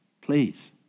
please